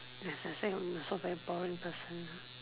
as I was saying I'm also a very boring person lah